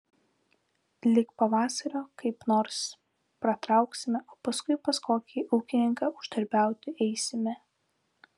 lig pavasario kaip nors pratrauksime o paskui pas kokį ūkininką uždarbiauti eisime